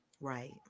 Right